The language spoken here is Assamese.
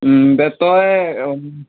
দে তই